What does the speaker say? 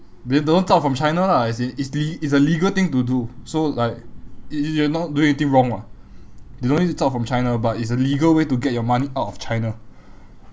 they don't zao from china lah as in it's le~ it's a legal thing to do so like you are not doing anything wrong [what] they don't want you to zao from china but it's a legal way to get your money out of china